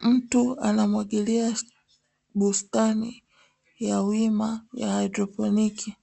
Mtu anamwagilia bustani ya wima ya haidroponi,